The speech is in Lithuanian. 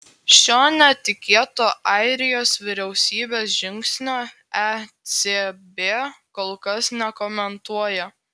šio netikėto airijos vyriausybės žingsnio ecb kol kas nekomentuoja